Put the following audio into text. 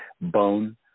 bone